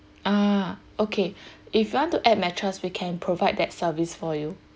uh okay if you want to add mattress we can provide that service for you